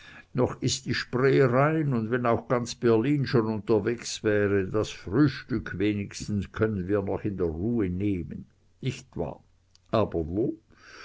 noch ist die spree rein und wenn auch ganz berlin schon unterwegs wäre das frühstück wenigstens können wir noch in ruhe nehmen nicht wahr aber wo